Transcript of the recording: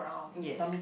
yes